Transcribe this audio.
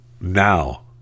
now